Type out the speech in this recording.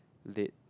late